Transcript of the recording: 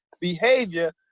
behavior